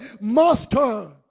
master